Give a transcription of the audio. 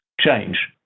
change